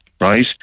right